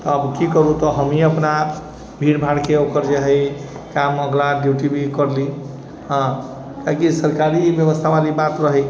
अब की कहूँ तऽ हमनी अपना भीड़ भाड़ के ओकर जे है काम अगला डयूटी भी करली हँ काहेकि सरकारी व्यवस्था वाली बात रही